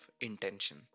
Intention